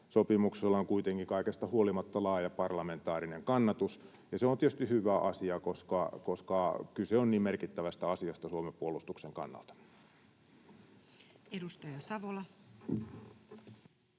sopimuksella on kuitenkin kaikesta huolimatta laaja parlamentaarinen kannatus. Ja se on tietysti hyvä asia, koska kyse on niin merkittävästä asiasta Suomen puolustuksen kannalta. [Speech